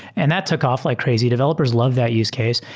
and that took off like crazy. developers love that use case.